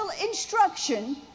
instruction